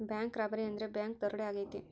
bank robbery ಅಂದ್ರೆ bank ದರೋಡೆ ಆಗೈತೆ